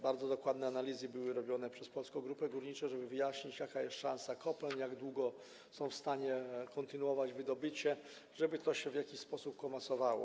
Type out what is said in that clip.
Bardzo dokładne analizy były robione przez Polską Grupę Górniczą, żeby wyjaśnić, jaka jest szansa kopalń, jak długo są w stanie kontynuować wydobycie, żeby to się w jakiś sposób komasowało.